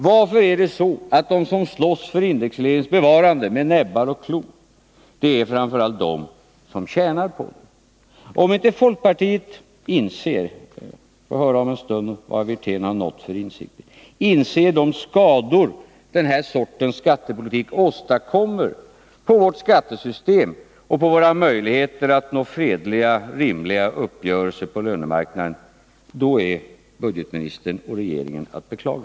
Varför är det så att de som slåss med näbbar och klor för indexregleringens bevarande framför allt är de som tjänar på den? Om inte folkpartiet inser — vi får om en stund höra vilka insikter herr Wirtén har nått — vilka skador som den här sortens skattepolitik åstadkommer på vårt skattesystem och på våra möjligheter att nå fredliga, rimliga uppgörelser på lönemarknaden, då är budgetministern och regeringen att beklaga.